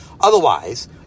Otherwise